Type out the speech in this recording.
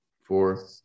Four